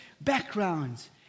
backgrounds